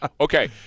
Okay